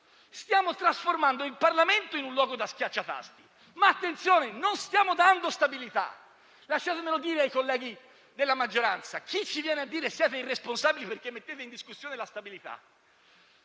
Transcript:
stiamo trasformando il Parlamento in un luogo da schiacciatasti, ma - attenzione - non stiamo dando stabilità. Lasciatemelo dire ai colleghi della maggioranza. A chi ci viene a dire che siamo irresponsabili perché mettiamo in discussione la stabilità